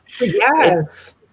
Yes